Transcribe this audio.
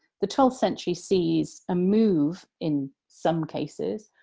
the twelfth century sees a move, in some cases,